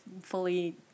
fully